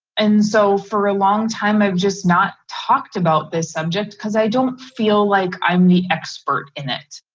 and so for a long time, i've just not talked about this subject cuz i don't feel like i'm the expert in it.